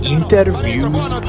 Interviews